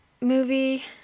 movie